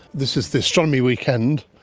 this is the astronomy weekend,